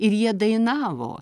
ir jie dainavo